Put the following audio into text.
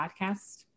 podcast